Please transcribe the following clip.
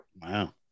Wow